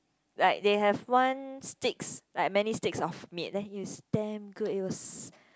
like they have one sticks like many sticks of meat then it's damn good it was